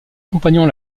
compagnon